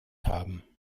haben